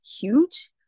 huge